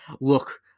look